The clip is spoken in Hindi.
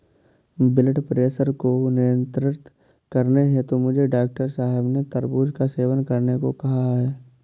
ब्लड प्रेशर को नियंत्रित करने हेतु मुझे डॉक्टर साहब ने तरबूज का सेवन करने को कहा है